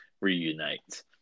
reunite